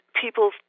people